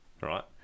right